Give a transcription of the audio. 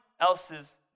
else's